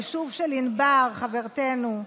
היישוב של ענבר חברתנו,